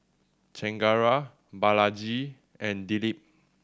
Chengara Balaji and Dilip